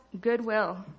goodwill